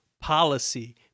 Policy